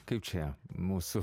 kaip čia mūsų